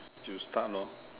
you start lor